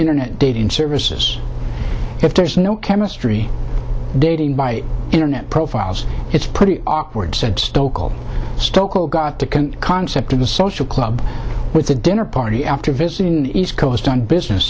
internet dating services if there's no chemistry dating by internet profiles it's pretty awkward said stoeckel stoeckel got to concept of the social club with the dinner party after visiting east coast on business